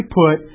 put